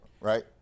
right